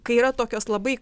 kai yra tokios labai